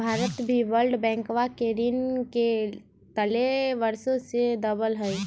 भारत भी वर्ल्ड बैंकवा के ऋण के तले वर्षों से दबल हई